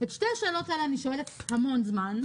את שתי השאלות האלה אני שואלת המון זמן.